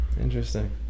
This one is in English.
Interesting